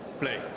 Play